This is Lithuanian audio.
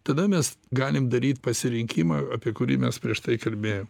tada mes galim daryt pasirinkimą apie kurį mes prieš tai kalbėjom